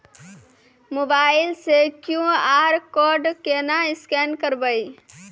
Mobile से QR code केना scan करबै?